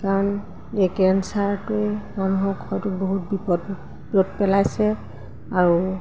কাৰণ এই কেঞ্চাৰটোৱে মানুহক হয়তো বহুত বিপদত পেলাইছে আৰু